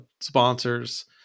sponsors